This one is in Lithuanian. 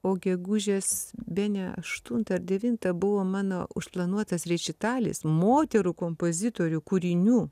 o gegužės bene aštuntą devintą buvo mano užplanuotas rečitalis moterų kompozitorių kūrinių